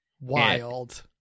Wild